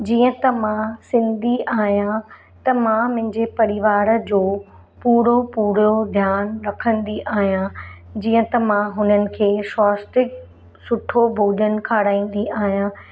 जीअं त मां सिंधी आहियां त मां मुंहिंजे परिवार जो पूरो पूरो ध्यानु रखंदी आहियां जीअं त मां हुननि खे स्वास्तिक सुठो भोजन खाराईंदी आहियां